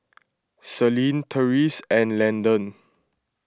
Selene Terese and Landon